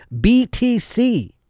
BTC